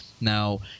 Now